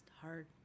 hard